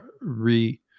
re